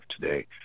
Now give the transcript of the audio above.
today